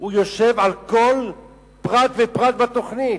יושב על כל פרט ופרט בתוכנית,